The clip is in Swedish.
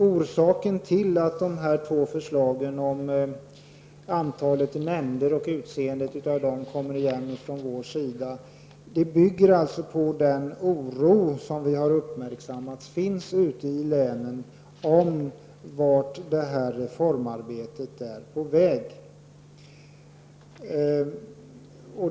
Orsaken till att våra två förslag om antalet nämnder och utseendet av dessa kommer igen bygger alltså på den oro som vi har märkt i länen om vart reformarbetet är på väg.